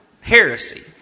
heresy